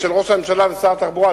של ראש הממשלה ושר התחבורה,